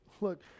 Look